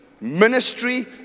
Ministry